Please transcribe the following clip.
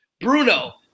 Bruno